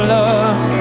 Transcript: love